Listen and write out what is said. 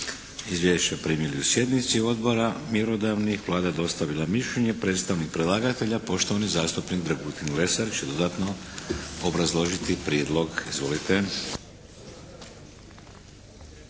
Izvješće primili na sjednici odbora mjerodavni. Vlada dostavila mišljenje. Predstavnik predlagatelja poštovani zastupnik Dragutin Lesar će dodatno obrazložiti prijedlog. Izvolite.